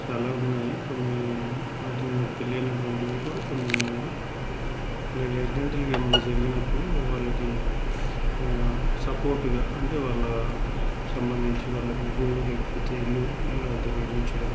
చాలా ఉన్నాయి కొన్ని వాటిని మాకు తెలియనటువంటివి కూడా కొన్ని ఉన్నాయి అలాగే యాక్సిడెంటల్గా ఏమన్నా జరిగినప్పుడు వాళ్ళకి సపోర్ట్గా అంటే వాళ్ళ సంబంధించి వాళ్ళకి గూడు లేకపోతే ఇల్లు ఇల్లు లాంటివి నిర్మించడం